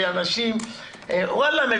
בה אנשים מבינים,